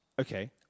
Okay